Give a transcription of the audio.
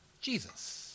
Jesus